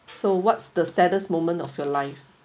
so what's the saddest moment of your life